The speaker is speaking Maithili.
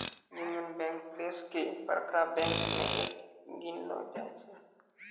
यूनियन बैंक देश के बड़का बैंक मे एक गिनलो जाय छै